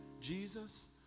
Jesus